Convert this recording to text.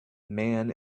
man